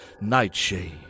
Nightshade